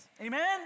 Amen